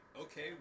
okay